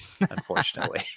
unfortunately